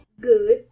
good